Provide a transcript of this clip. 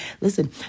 Listen